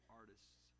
artists